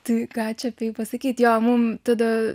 tai ką čia apie jį pasakyti jo mum tada